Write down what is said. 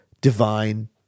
divine